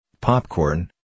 Popcorn